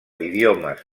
idiomes